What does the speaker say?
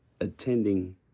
attending